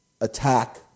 attack